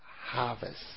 harvest